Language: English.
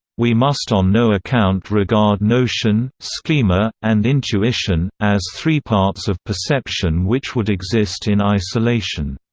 we must on no account regard notion, schema, and intuition, as three parts of perception which would exist in isolation.